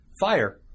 fire